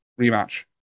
rematch